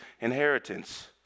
inheritance